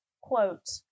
quote